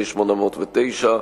פ/809,